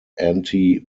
anti